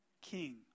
king